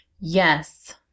Yes